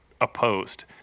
opposed